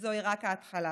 וזוהי רק ההתחלה.